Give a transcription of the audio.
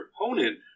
opponent